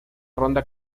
ronda